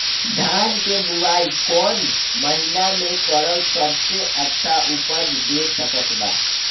धान के बुआई कौन महीना मे करल सबसे अच्छा उपज दे सकत बा?